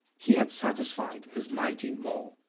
he had satisfied his mighty maw.